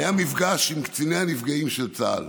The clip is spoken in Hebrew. היה מפגש עם קציני הנפגעים של צה"ל